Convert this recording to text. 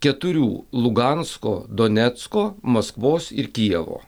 keturių lugansko donecko maskvos ir kijevo